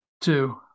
Two